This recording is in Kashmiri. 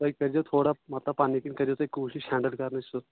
تُہۍ کٔرۍ زیو تھوڑا مطلب پَنٕنۍ کِنۍ کٔرۍ زیو تُہۍ ہینٛڈٕل کَرنٕچ سُہ